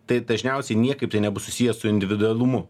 tai dažniausiai niekaip tai nebus susiję su individualumu